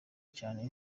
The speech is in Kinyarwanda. cane